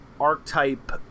archetype